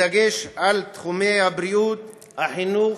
בדגש על תחומי הבריאות, החינוך,